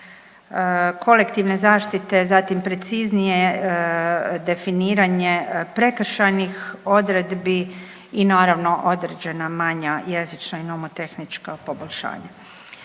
kolektivne zaštite, zatim preciznije definiranje prekršajnih odredbi i naravno određena manja jezična i nomotehnička poboljšanja.